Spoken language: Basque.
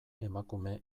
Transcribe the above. emakume